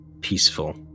peaceful